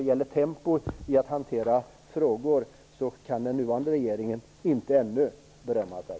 Vad gäller det tempo som frågorna hanteras med kan den nuvarande regeringen ännu inte berömma sig.